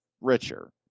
richer